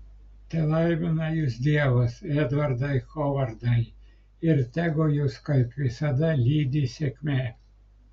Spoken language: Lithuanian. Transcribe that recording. telaimina jus dievas edvardai hovardai ir tegu jus kaip visada lydi sėkmė